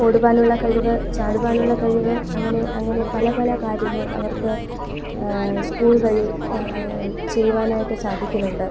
ഓടുവാനുള്ള കഴിവ് ചാടുവാനുള്ള കഴിവ് അങ്ങനെ അങ്ങനെ പലപല കാര്യങ്ങൾ അവർക്ക് സ്കൂള് വഴി ചെയ്യുവാനായിട്ട് സാധിക്കുന്നുണ്ട്